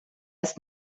ist